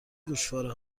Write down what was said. گوشواره